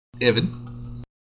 Evan